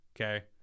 Okay